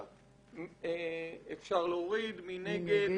מי נגד?